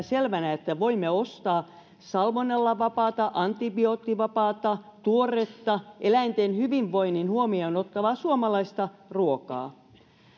selvänä että voimme ostaa salmonellavapaata antibioottivapaata tuoretta eläinten hyvinvoinnin huomioon ottavaa suomalaista ruokaa